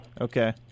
Okay